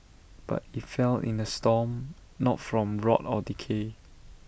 but IT fell in A storm not from rot or decay